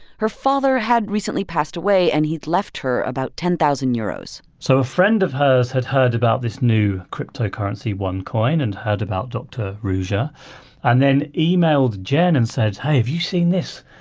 her father had recently passed away, and he'd left her about ten thousand euros so a friend of hers had heard about this new cryptocurrency, onecoin, and heard about dr. ruja and then emailed jen and said, hey, have you seen this?